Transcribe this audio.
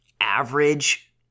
average